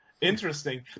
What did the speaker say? Interesting